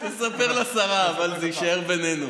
תספר לשרה, אבל זה יישאר בינינו.